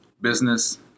business